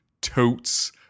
totes